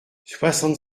soixante